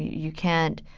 you can't,